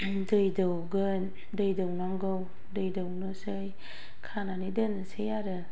दै दौगोन दै दौनांगौ दै दौनोसै खानानै दोननोसै आरो